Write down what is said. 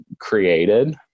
created